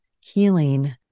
healing